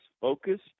focused